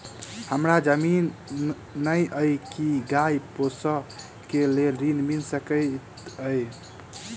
हमरा जमीन नै अई की गाय पोसअ केँ लेल ऋण मिल सकैत अई?